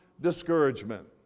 discouragement